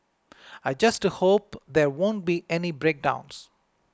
I just hope there won't be any breakdowns